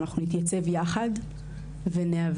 אנחנו נתייצב יחד וניאבק,